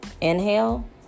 Inhale